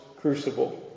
crucible